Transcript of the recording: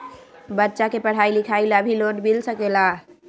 बच्चा के पढ़ाई लिखाई ला भी लोन मिल सकेला?